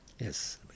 Yes